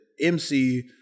MC